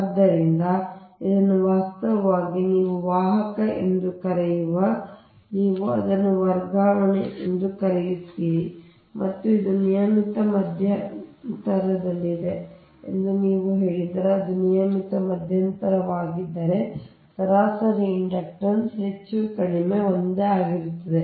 ಆದ್ದರಿಂದ ಇದನ್ನು ವಾಸ್ತವವಾಗಿ ನೀವು ವಾಹಕ ಎಂದು ಕರೆಯುವ ನೀವು ಅದನ್ನು ವರ್ಗಾವಣೆ ಎಂದು ಕರೆಯುತ್ತೀರಿ ಮತ್ತು ಅದು ನಿಯಮಿತ ಮಧ್ಯಂತರದಲ್ಲಿದೆ ಎಂದು ನೀವು ಹೇಳಿದರೆ ಅದು ನಿಯಮಿತ ಮಧ್ಯಂತರವಾಗಿದ್ದರೆ ಸರಾಸರಿ ಇಂಡಕ್ಟನ್ಸ್ ಹೆಚ್ಚು ಕಡಿಮೆ ಒಂದೇ ಆಗಿರುತ್ತದೆ